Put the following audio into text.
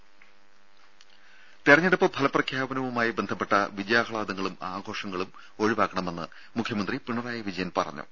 ദ്ദേ തെരഞ്ഞെടുപ്പ് ഫലപ്രഖ്യാപനവുമായി ബന്ധപ്പെട്ട വിജയാഹ്ലാദങ്ങളും ആഘോഷങ്ങളും ഒഴിവാക്കണമെന്ന് മുഖ്യമന്ത്രി പിണറായി വിജയൻ പറഞ്ഞു